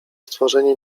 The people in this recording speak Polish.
stworzenie